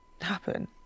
happen